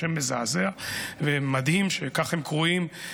שם מזעזע ומדהים שכך הן קרויות,